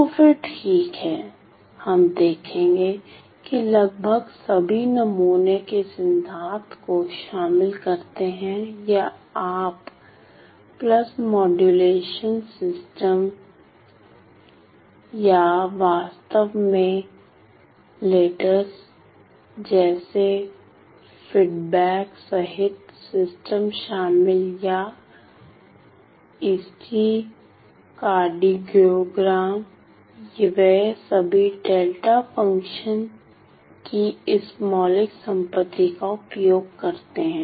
तो फिर ठीक है हम देखेंगे कि लगभग सभी नमूने के सिद्धांत को शामिल करते हैं या आप पल्स मॉड्यूलेशन सिस्टम या वास्तव में लेटर्स जैसे फीडबैक सहित सिस्टम शामिल हैं या ईसीजी कार्डियोग्राम वे सभी डेल्टा फ़ंक्शन की इस मौलिक संपत्ति का उपयोग करते हैं